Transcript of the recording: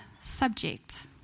subject